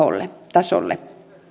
tasolle